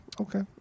okay